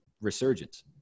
resurgence